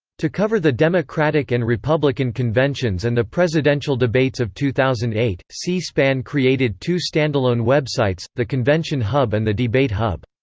to cover the democratic and republican conventions and the presidential debates of two thousand and eight, c-span created two standalone websites the convention hub and the debate hub.